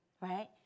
right